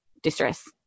distress